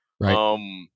Right